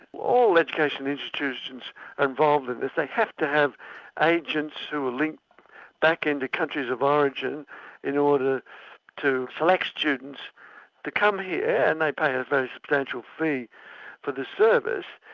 all education institutions involved with this, they'd have to have agents who were linked back into countries of origin in order to select students to come here, and they pay a very substantial fee for the service.